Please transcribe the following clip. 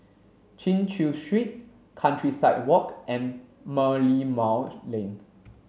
Chin Chew Street Countryside Walk and Merlimau Lane